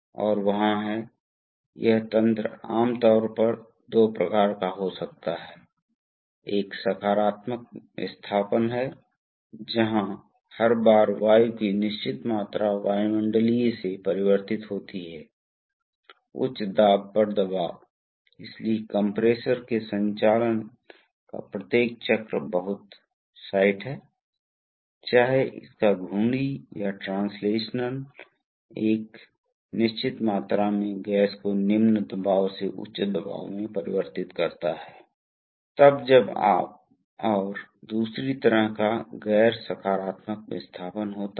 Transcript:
तो करंट को बदलकर आप बल को ऊपर ले जा सकते हैं और यह रुक जाएगा यह स्ट्रोक की लंबाई पर स्थिर रहेगा वास्तव में यह उल्लेख किया जाना चाहिए कि ये वाल्व स्ट्रोक की लंबाई वास्तव में बहुत छोटी है यह मिलीमीटर के क्रम का है पूर्ण स्ट्रोक लंबाई इसलिए आमतौर पर स्ट्रोक की लंबाई बड़ी नहीं होती है और इसलिए वाल्व वास्तव में केवल इस क्षेत्र में काम करने की उम्मीद है